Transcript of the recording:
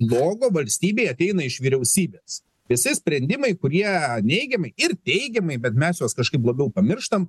blogo valstybėj ateina iš vyriausybės visi sprendimai kurie neigiamai ir teigiamai bet mes juos kažkaip labiau pamirštam